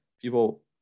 People